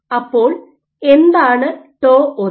അപ്പോൾ എന്താണ് ടോ 1